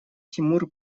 тимур